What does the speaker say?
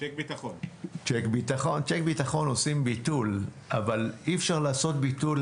לצ'ק ביטחון עושים ביטול, אבל אי אפשר לעשות ביטול